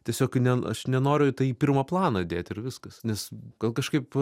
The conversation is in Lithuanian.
tiesiog ne aš nenoriu tai į pirmą planą dėt ir viskas nes gal kažkaip